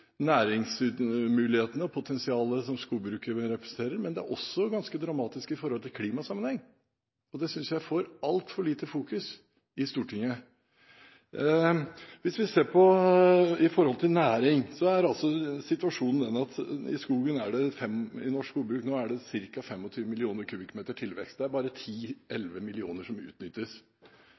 næringsmulighetene og potensialet som skogbruket representerer, men det er også ganske dramatisk i klimasammenheng. Det synes jeg det blir fokusert altfor lite på i Stortinget. Hvis vi ser på næring, er situasjonen den at i norsk skogbruk nå er det ca. 25 mill. m3tilvekst, mens det er